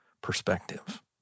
perspective